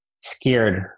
scared